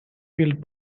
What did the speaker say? field